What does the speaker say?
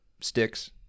sticks